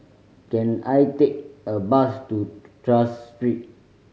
can I take a bus to Tras Street